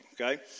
Okay